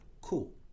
cool